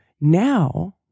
now